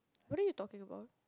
what are you talking about